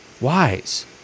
wise